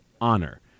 Honor